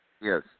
Yes